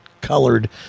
colored